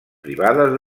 privades